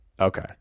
Okay